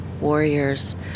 warriors